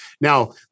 Now